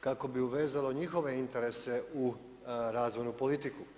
kako bi uvezalo njihove interese u razvojnu politiku.